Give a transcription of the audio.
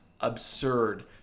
absurd